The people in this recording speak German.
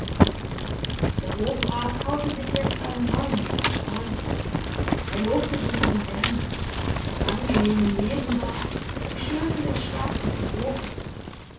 der hofrat haute sich jetzt einen neuen weg ins holz er lobte die residenz das angenehme leben dort die schönen der stadt und des hofes